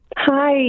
Hi